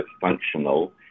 functional